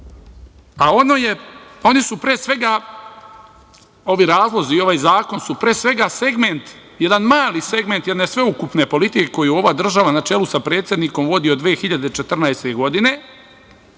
ovog zakona, a ovi razlozi i ovaj zakon su, pre svega, jedan mali segment jedne sveukupne politike koju ova država, na čelu sa predsednikom, vodi od 2014. godine,